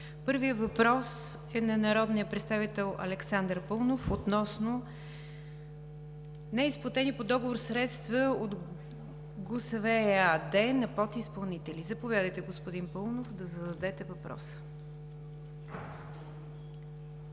Първият въпрос е на народния представител Александър Паунов относно неизплатени по договор средства от ГУСВ – ЕАД, на подизпълнители. Заповядайте, господин Паунов, да зададете въпроса.